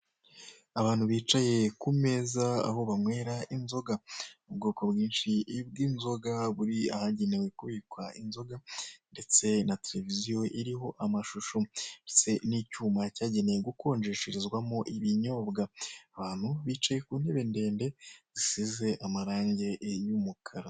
Abantu bicaye ku meza aho banywera inzoga mu bwoko bwinshi bw'inzoga buri ahagenewe kubikwa inzoga ndetse na tereviziyo iriho amashusho ndetse n'icyuma cyagenewe gukonjesherezwamo ibinyobwa, abantu bicaye ku ntebe ndende zisize amarange y'umukara.